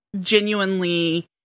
genuinely